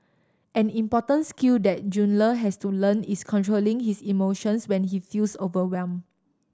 an important skill that Jun Le has to learn is controlling his emotions when he feels overwhelmed